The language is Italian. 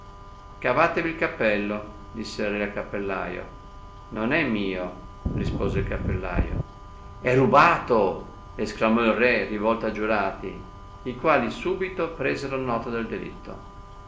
cavatevi il cappello disse il re al cappellaio non è mio rispose il cappellaio è rubato sclamò il re rivolto a giurati i quali subito presero nota del delitto